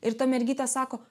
ir ta mergytė sako